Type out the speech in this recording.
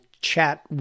chat